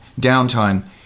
downtime